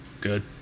good